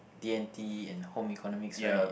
D and T and home economics right